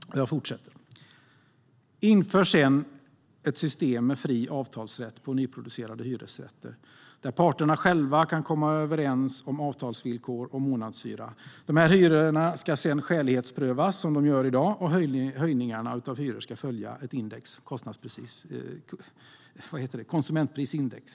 För det femte vill vi sedan införa ett system med fri avtalsrätt på nyproducerade hyresrätter, där parterna själva kan komma överens om avtalsvillkor och månadshyra. Dessa hyror ska sedan skälighetsprövas, som i dag, och höjningarna av hyror ska följa konsumentprisindex.